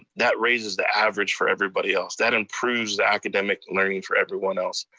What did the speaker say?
that raises the average for everybody else. that improves the academic learning for everyone else.